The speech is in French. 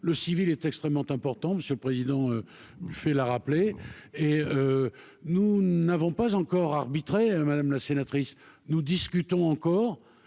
le civil est extrêmement important, Monsieur le président, il fait la rappeler, et nous n'avons pas encore arbitré, madame la sénatrice nous discutons encore,